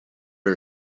her